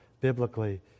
biblically